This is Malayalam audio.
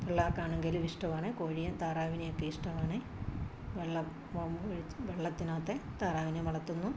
പിള്ളേർക്കാണെങ്കിലും ഇഷ്ടമാണ് കോഴിയെയും താറാവിനെയൊക്കെ ഇഷ്ടമാണ് വെള്ളം വെള്ളത്തിനകത്തെ താറാവിനെ വളർത്തുന്നു